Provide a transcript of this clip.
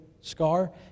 scar